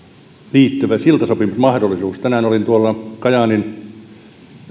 liittyvä siltasopimusmahdollisuus tänään olin kajaanin